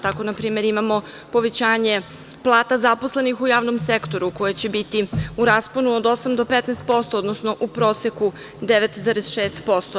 Tako, na primer, imamo povećanje plata zaposlenih u javnom sektoru, koje će biti u rasponu od 8 do 15%, odnosno u proseku 9,6%